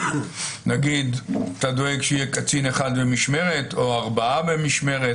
נגיד, אתה דואג שיהיה במשמרת או ארבעה במשמרת?